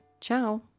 Ciao